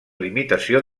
limitació